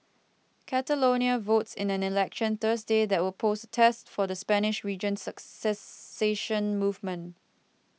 catalonia votes in an election Thursday that will pose a test for the Spanish region's secession movement